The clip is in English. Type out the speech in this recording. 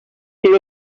still